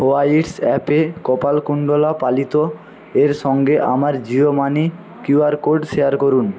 হোয়াইটসঅ্যাপে কপালকুণ্ডলা পালিত এর সঙ্গে আমার Jio money QR code share করুন